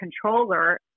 Controller